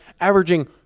averaging